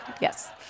yes